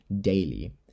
daily